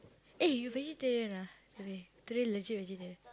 eh you vegetarian ah today today legit vegetarian